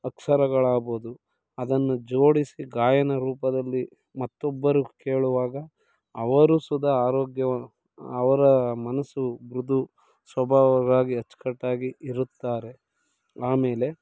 ಅಕ್ಷರಗಳಾಗ್ಬೋದು ಅದನ್ನು ಜೋಡಿಸಿ ಗಾಯನ ರೂಪದಲ್ಲಿ ಮತ್ತೊಬ್ಬರು ಕೇಳುವಾಗ ಅವರು ಸುದ ಆರೋಗ್ಯವ ಅವರ ಮನಸು ಮೃದು ಸ್ವಭಾವರಾಗಿ ಅಚ್ಚುಕಟ್ಟಾಗಿ ಇರುತ್ತಾರೆ ಆಮೇಲೆ